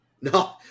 No